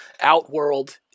Outworld